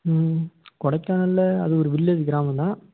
ம் கொடைக்கானலில் அது ஒரு வில்லேஜ் கிராமம் தான்